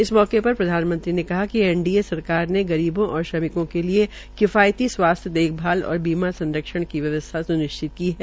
इस अवसर पर प्रधानमंत्री ने कहा कि एनडीए सरकार ने गरीबों और श्रमिकों के लिये किफायती स्वास्थ्य और बीमा संरक्षण की व्यवस्था स्निश्चित की है